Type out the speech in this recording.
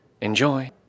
Enjoy